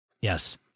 Yes